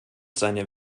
seine